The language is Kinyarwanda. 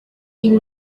ibi